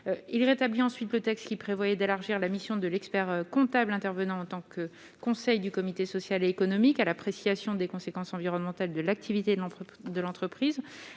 il rétablit ensuite le texte qui prévoyait d'élargir la mission de l'expert comptable intervenant en tant que conseil du comité social et économique à l'appréciation des conséquences environnementales de l'activité de l'entrepôt